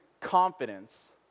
confidence